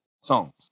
songs